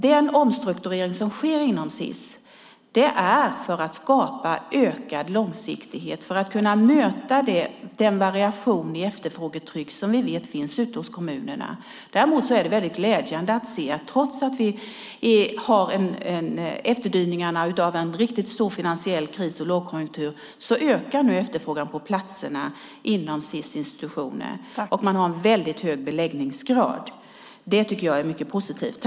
Den omstrukturering som sker inom Sis görs för att skapa ökad långsiktighet och kunna möta den variation i efterfrågetryck som vi vet finns i kommunerna. Det är glädjande att se att trots att vi har efterdyningar av en riktigt stor finansiell kris och lågkonjunktur ökar efterfrågan på platser inom Sis institutioner. Man har väldigt hög beläggningsgrad. Det tycker jag är mycket positivt.